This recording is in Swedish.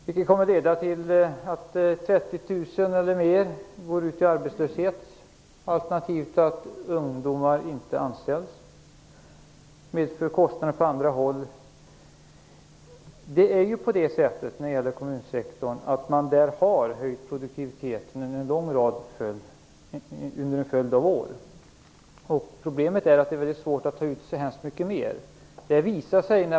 Det kommer att leda till att 30 000 eller fler går ut i arbetslöshet, alternativt att ungdomar inte anställs, och det medför kostnader på andra håll. Inom kommunsektorn har man höjt produktiviteten under en följd av år, och problemet är att det är väldigt svårt att ta ut så mycket mer.